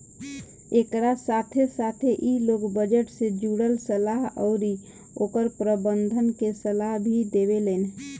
एकरा साथे साथे इ लोग बजट से जुड़ल सलाह अउरी ओकर प्रबंधन के सलाह भी देवेलेन